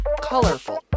colorful